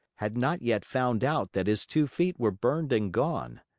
had not yet found out that his two feet were burned and gone.